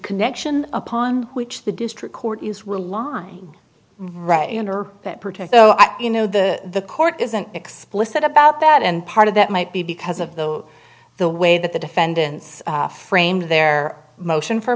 connection upon which the district court is will live right under that protect you know the the court isn't explicit about that and part of that might be because of the the way that the defendants framed their motion for a